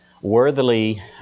worthily